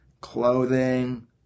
clothing